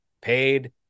paid